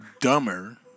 dumber